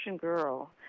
girl